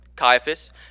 Caiaphas